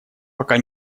пока